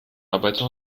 arbeiter